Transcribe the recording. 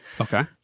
okay